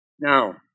Now